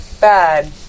bad